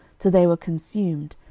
till they were consumed,